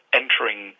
entering